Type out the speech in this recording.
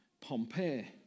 Pompeii